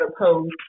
opposed